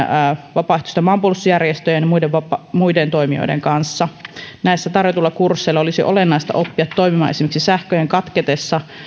vapaaehtoisten maanpuolustusjärjestöjen ja muiden toimijoiden kanssa näillä tarjotuilla kursseilla olisi olennaista oppia toimimaan esimerkiksi sähköjen katketessa